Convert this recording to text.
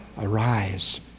Arise